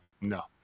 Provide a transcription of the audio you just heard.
No